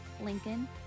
Lincoln